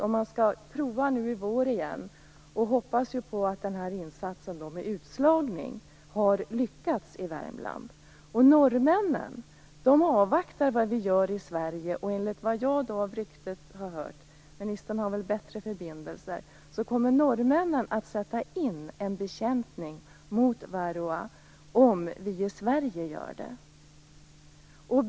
Man skall prova i vår igen och hoppas att den här insatsen med utslagning har lyckats i Värmland. Norrmännen avvaktar vad vi gör i Sverige. Enligt det rykte jag har hört - ministern har väl bättre förbindelser - kommer norrmännen att sätta in en bekämpning mot varroa om vi i Sverige gör det.